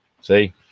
See